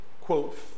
quote